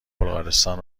بلغارستان